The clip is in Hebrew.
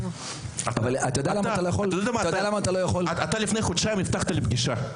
אתה לפני חודשיים הבטחת לי פגישה.